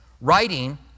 writing